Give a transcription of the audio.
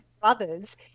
Brothers